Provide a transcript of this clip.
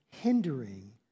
hindering